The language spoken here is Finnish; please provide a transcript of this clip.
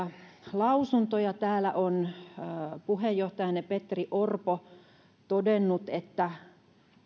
lausuntoja täällä on puheenjohtajanne petteri orpo todennut että